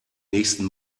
nächsten